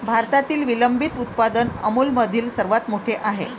भारतातील विलंबित उत्पादन अमूलमधील सर्वात मोठे आहे